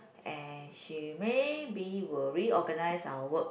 and she maybe will reorganise our work